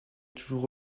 toujours